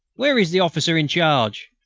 where is the officer in charge?